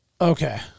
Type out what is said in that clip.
Okay